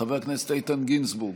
חבר הכנסת איתן גינזבורג,